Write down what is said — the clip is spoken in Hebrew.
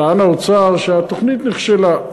טען האוצר שהתוכנית נכשלה,